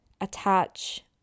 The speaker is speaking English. attach